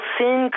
sin